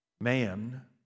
man